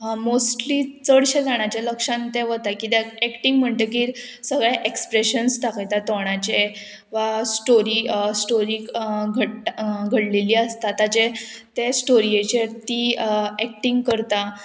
mostly चडशे जाणाचें लक्षान तें वता कित्याक एक्टींग म्हणटकीर सगळे एक्सप्रेशन्स दाखयता तोंडाचे वा स्टोरी स्टोरी घडटा घडलेली आसता ताचे ते स्टोरयेचेर तीं एक्टींग करता